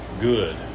good